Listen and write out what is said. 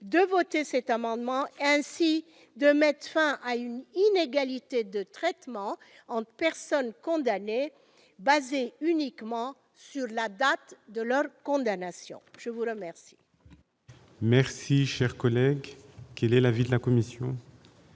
à voter cet amendement et, ainsi, à mettre fin à une inégalité de traitement entre personnes condamnées, fondée uniquement sur la date de leur condamnation. Quel